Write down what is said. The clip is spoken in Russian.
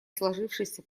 сложившейся